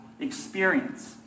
experience